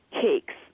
cakes